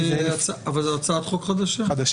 זו הצעת חוק חדשה.